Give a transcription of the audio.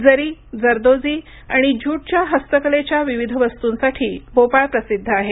जरी जरदोजी आणि ज्यूटच्या हस्तकलेच्या विविध वस्तूंसाठी भोपाळ प्रसिद्ध आहे